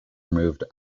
removed